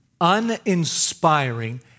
uninspiring